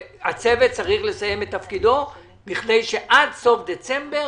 הצוות צריך לסיים את תפקידו בכדי שעד סוף דצמבר